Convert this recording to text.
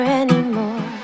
anymore